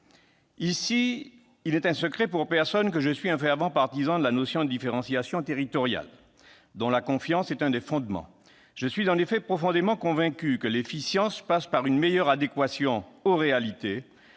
Il n'est un secret pour personne ici que je suis un fervent partisan de la différenciation territoriale, dont la confiance est un des fondements. Je suis en effet profondément convaincu que l'efficience passe par une meilleure adéquation aux réalités